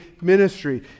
ministry